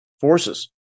forces